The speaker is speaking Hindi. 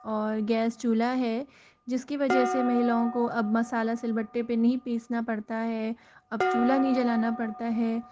और गैस चूल्हा है जिसकी वजह से महिलाओं को अब मसाला सिलबट्टे पर नहीं पीसना पड़ता है अब चूल्हा नहीं जलाना पड़ता है